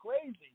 crazy